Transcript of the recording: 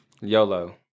YOLO